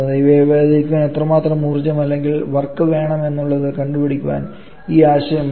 ഇവയെ വേർതിരിക്കാൻ എത്രമാത്രം ഊർജ്ജം അല്ലെങ്കിൽ വർക്ക് വേണം എന്നുള്ളത് കണ്ടുപിടിക്കാൻ ഈ ആശയം വേണം